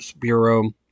Bureau